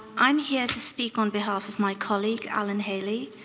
i'm here to speak on behalf of my colleague alan hailey,